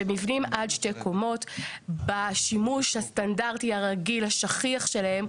שמבנים עד שתי קומות בשימוש הסטנדרטי הרגיל השכיח שלהם,